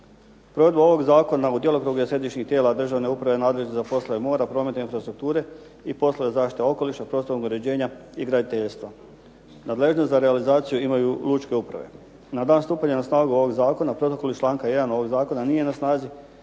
Provedba ovog zakona u djelokrugu je središnjih tijela državne uprave nadležnih za poslove mora, prometa i infrastrukture i poslove zaštite okoliša, prostornog uređenja i graditeljstva. Nadležnost za realizaciju imaju lučke uprave. Na dan stupanja na snagu ovog zakona Protokol iz članka 1. ovog zakona nije na snazi